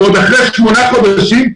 עוד אחרי שמונה חודשים,